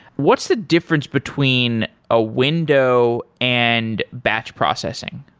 what's the difference between a window and batch processing?